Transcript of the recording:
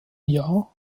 jahr